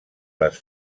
les